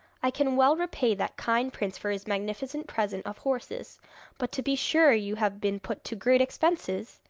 i can well repay that kind prince for his magnificent present of horses but to be sure you have been put to great expenses!